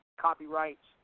copyrights